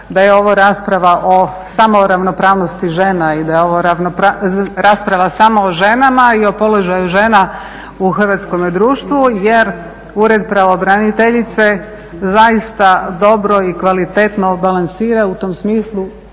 da je ovo rasprava samo o ženama i o položaju žena u hrvatskome društvu jer Ured pravobraniteljice zaista dobro i kvalitetno balansira u tom smislu